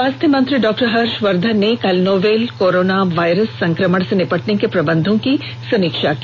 स्वास्थ्य मंत्री डॉ हर्षवर्धन ने कल नोवेल कोरोना वायरस संक्रमण से निपटने के प्रबंधों की समीक्षा की